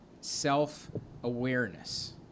self-awareness